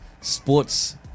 sports